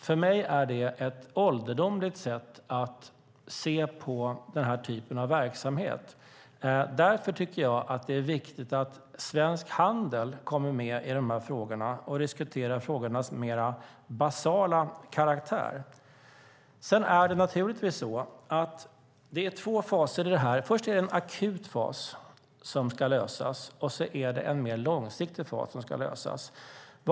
För mig är det ett ålderdomligt sätt att se på denna typ av verksamhet. Därför tycker jag att det är viktigt att Svensk Handel kommer med och diskuterar dessa frågors mer basala karaktär. Det finns två faser i detta. Först är det en akut fas som ska lösas, och därefter ska en mer långsiktig fas lösas.